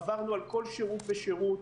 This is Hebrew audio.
עברנו על כל שירות ושירות,